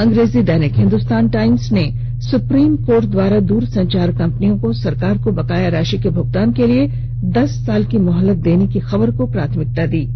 अंग्रेजी दैनिक हिंदुस्तान टाइम्स ने सुप्रीम कोर्ट द्वारा दूरसंचार कंपनियों को सरकार को बकाया राशि के भुगतान के लिए दस साल की मोहलत देने की खबर को प्राथमिकता दी है